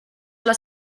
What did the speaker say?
olla